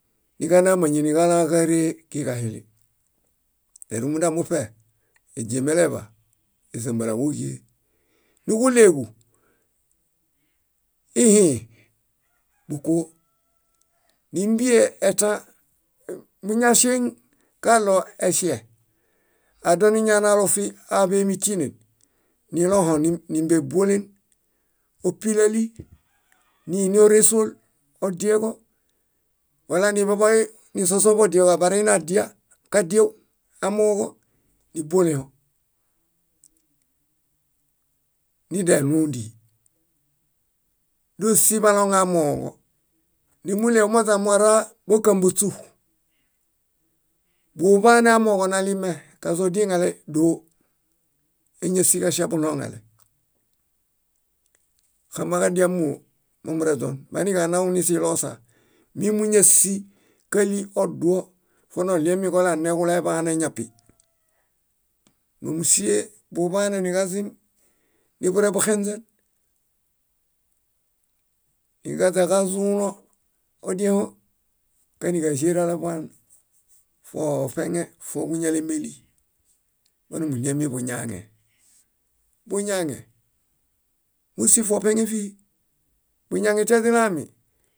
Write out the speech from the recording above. . Niġana ámañi níġalãġare kiġahili. ée rúmunda muṗe éźemeleḃa. Ézambalũġuġie. Núġuɭeġu ihĩĩ, búkoo, nímbie etã muñaŝeŋ kaɭo eŝe, aa dóo añanaalo fíaḃemi tíanen nilõho nímbeibolen ópilali, niini óresuol odieġo wala niḃaḃay nisosoḃodieġo abareini adiã kadew amooġo níbolẽho nideɭũũ díí. nimuɭew moźamoraa bókambośu. Buḃane amooġo nalime, kazũ odieŋale, dóo. Éñasiġaŝa buloŋale. Xamiġadia móo momureźon maniġanau nisiloosa. Mímuñasi káli oduo fonoɭiemi koleaneġuleḃane. Mómusie buḃane naġazim niḃurebuxenźen? Niġaźaniġazũlõ odiẽho? Kaniġaĵeralo eḃaan fooṗeŋe fóġúñalemeli monimuɭiemi buñaŋe. Buñaŋe bósi foṗeŋe fíhi. Buñaŋe, tiaźilami,.